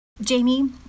Jamie